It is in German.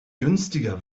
günstiger